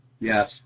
Yes